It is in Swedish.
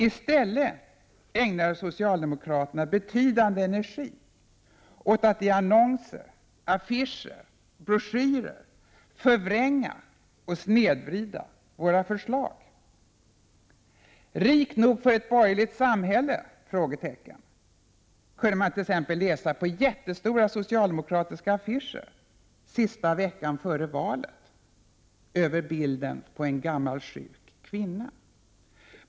I stället ägnade socialdemokraterna betydande energi åt att i annonser, affischer och broschyrer förvränga och snedvrida våra förslag. — Rik nog för ett borgerligt samhälle? kunde man t.ex. läsa på jättestora socialdemokratiska affischer sista veckan före valet över bilden av en gammal sjuk kvinna.